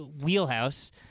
wheelhouse